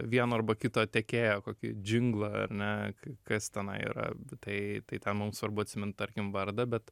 vieno arba kito tiekėjo kokį džinglą ar ne kas tenai yra tai tai ten mum svarbu atsimint tarkim vardą bet